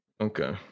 Okay